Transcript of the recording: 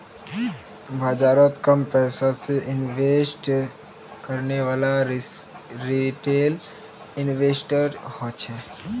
बाजारोत कम पैसा से इन्वेस्ट करनेवाला रिटेल इन्वेस्टर होछे